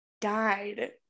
died